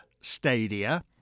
stadia